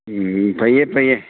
ꯎꯝ ꯐꯩꯌꯦ ꯐꯩꯌꯦ